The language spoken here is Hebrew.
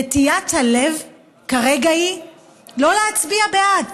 נטיית הלב כרגע היא לא להצביע בעד.